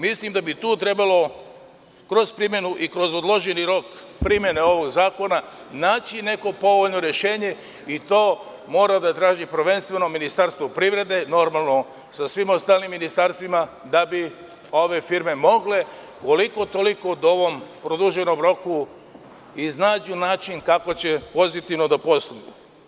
Mislim da bi tu trebalo kroz primenu i kroz odloženi rok primene ovog zakona naći neko povoljno rešenje i to prvenstveno mora da traži Ministarstvo privrede, zajedno sa svim ostalim ministarstvima da bi obe firme mogle koliko toliko da u ovom produženom roku iznađu način kako će pozitivno da posluju.